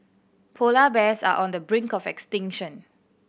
polar bears are on the brink of extinction